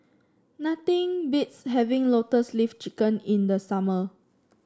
nothing beats having Lotus Leaf Chicken in the summer